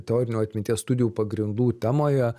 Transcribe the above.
teorinio atminties studijų pagrindų temoje